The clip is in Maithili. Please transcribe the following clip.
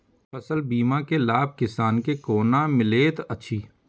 फसल बीमा के लाभ किसान के कोना मिलेत अछि?